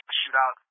shootout